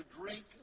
drink